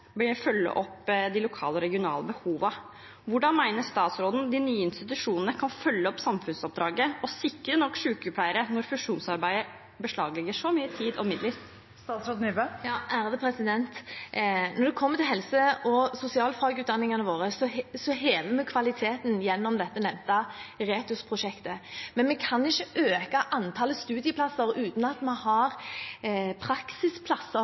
opp de lokale og regionale behovene. Hvordan mener statsråden de nye institusjonene kan følge opp samfunnsoppdraget og sikre nok sykepleiere – når fusjonsarbeidet beslaglegger så mye tid og midler? Når det kommer til helse- og sosialfagutdanningene våre, hever vi kvaliteten gjennom det nevnte RETHOS-prosjektet, men vi kan ikke øke antallet studieplasser uten at vi har praksisplasser